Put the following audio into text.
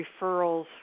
referrals